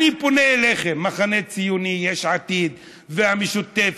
אני פונה אליכם, המחנה הציוני, יש עתיד והמשותפת,